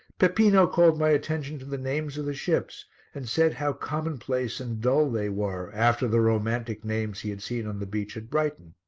peppino called my attention to the names of the ships and said how commonplace and dull they were after the romantic names he had seen on the beach at brighton.